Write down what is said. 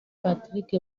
patrick